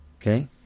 Okay